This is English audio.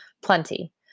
Plenty